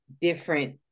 different